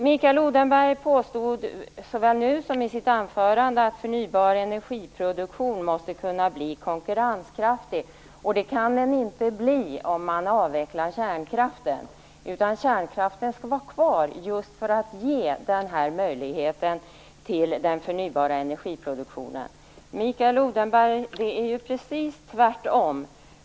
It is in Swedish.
Mikael Odenberg påstod såväl nu som i sitt anförande att förnybar energiproduktion måste kunna bli konkurrenskraftig, och det kan den inte bli om man avvecklar kärnkraften. Kärnkraften skall vara kvar just för att ge denna möjlighet till förnybar energiproduktion. Mikael Odenberg, det är precis tvärtom.